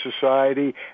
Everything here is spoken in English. society